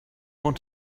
want